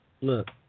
Look